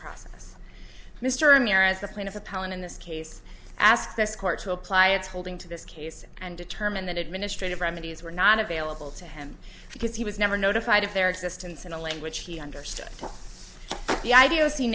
appellant in this case ask this court to apply its holding to this case and determine that administrative remedies were not available to him because he was never notified of their existence in a language he understood the idea